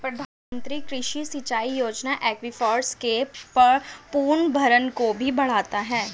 प्रधानमंत्री कृषि सिंचाई योजना एक्वीफर्स के पुनर्भरण को भी बढ़ाता है